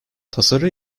tasarı